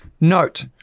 Note